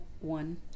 one